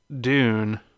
Dune